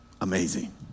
Amazing